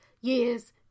years